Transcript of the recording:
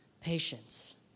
patience